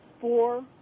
four